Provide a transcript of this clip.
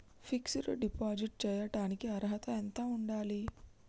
Fix డ్ deposit చేయటానికి అర్హత ఎంత ఉండాలి?